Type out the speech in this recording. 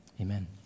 Amen